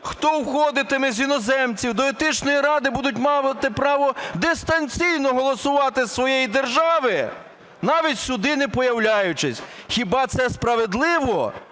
хто входитиме з іноземців до Етичної ради, будуть мати право дистанційно голосувати з своєї держави, навіть сюди не появляючись. Хіба це справедливо,